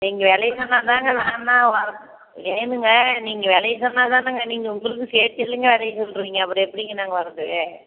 நீங்கள் விலைய சொன்னால் தாங்க நான்தான் ஏனுங்க நீங்கள் விலைய சொன்னால் தானுங்க நீங்கள் உங்களுக்கும் சேர்த்து இல்லைங்க விலைய சொல்கிறிங்க அப்புறம் எப்படிங்க நாங்கள் வரது